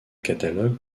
catalogue